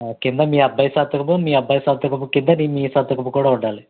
కింద మీ అబ్బాయి సంతకము మీ అబ్బాయి సంతకము కింద మీ సంతకము కూడా ఉండాలి